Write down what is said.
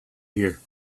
here